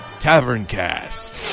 TavernCast